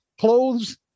clothes